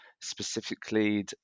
specifically